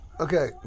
Okay